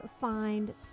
find